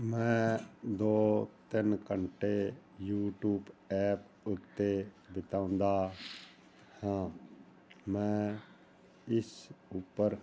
ਮੈਂ ਦੋ ਤਿੰਨ ਘੰਟੇ ਯੂਟਿਊਬ ਐਪ ਉੱਤੇ ਬਿਤਾਉਂਦਾ ਹਾਂ ਮੈਂ ਇਸ ਉੱਪਰ